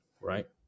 right